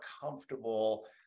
comfortable